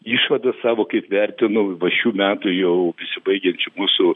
išvadas savo kaip vertinu va šių metų jau besibaigiančių mūsų